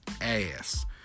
ass